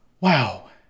Wow